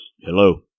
Hello